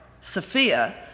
Sophia